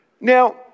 now